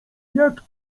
jak